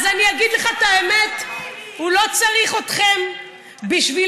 זה תהליך מתסכל, זה לא בן לילה,